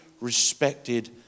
respected